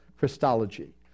Christology